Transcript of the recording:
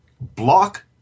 block